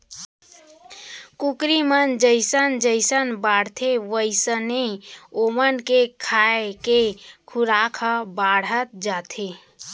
कुकरी मन जइसन जइसन बाढ़थें वोइसने ओमन के खाए के खुराक ह बाढ़त जाथे